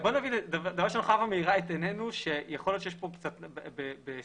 חוה מאירה את עינינו שיכול להיות שבסעיף